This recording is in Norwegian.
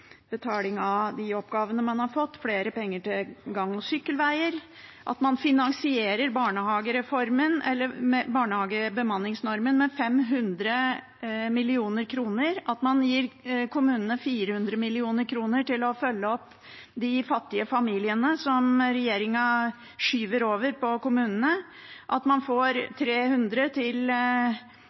betaling av oppgavene man har fått, flere penger til gang- og sykkelveier, at man finansierer bemanningsnormen i barnehagene med 500 mill. kr, at man gir kommunene 400 mill. kr til å følge opp de fattige familiene som regjeringen skyver over på kommunene, at man får 300 mill. kr til